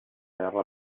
serra